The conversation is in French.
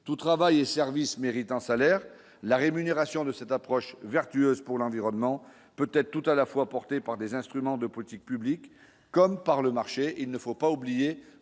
tous travaillaient service méritant salaire la rémunération de cette approche vertueuse pour l'environnement, peut-être tout à la fois portée par des instruments de politique publique, comme par le marché, il ne faut pas oublier